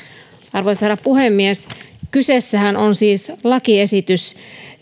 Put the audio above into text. arvoisa herra puhemies kyseessähän on siis lakiesitys